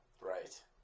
Right